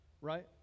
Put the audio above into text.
right